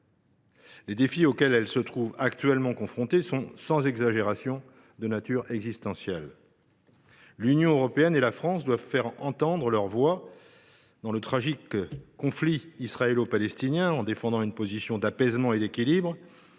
Les défis auxquels elle se trouve actuellement confrontée sont, sans exagération, de nature existentielle. L’Union européenne et la France doivent faire entendre leurs voix dans le tragique conflit israélo palestinien en défendant une position d’apaisement et d’équilibre,